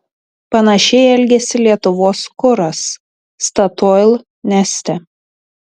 panašiai elgėsi lietuvos kuras statoil neste